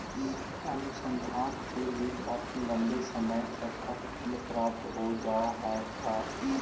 अनुसंधान के लिए काफी लंबे समय तक का फंड प्राप्त हो जा हई का